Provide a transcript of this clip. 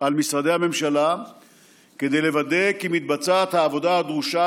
על משרדי הממשלה כדי לוודא שמתבצעת העבודה הדרושה